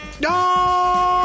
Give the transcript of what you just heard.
No